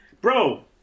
Bro